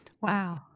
Wow